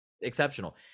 exceptional